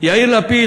יאיר לפיד,